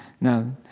Now